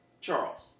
Charles